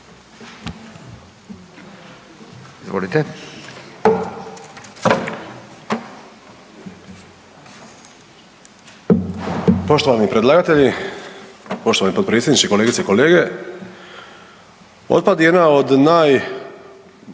Poštovani predlagatelji, poštovani potpredsjedniče, kolegice i kolege. Otpad je jedna od najčešće